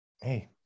hey